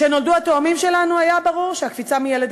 כשנולדו התאומים שלנו היה ברור שהקפיצה מילד